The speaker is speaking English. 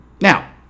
Now